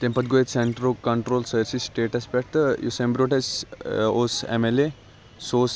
تمہ پَتہٕ گوٚو ییٚتہِ سینٛٹرک کَنٹرول سٲرسٕے سٹیٹَس پٮ۪ٹھ تہٕ یُس امہ برونٛٹھ اَسہِ اوس ایٚم ایٚل اے سُہ اوس